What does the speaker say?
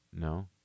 No